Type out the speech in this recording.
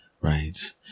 right